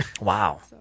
Wow